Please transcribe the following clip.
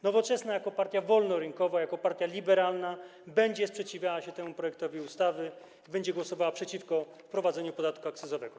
Nowoczesna jako partia wolnorynkowa, partia liberalna będzie sprzeciwiała się temu projektowi ustawy i będzie głosowała przeciwko wprowadzeniu podatku akcyzowego.